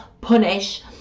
punish